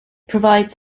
provides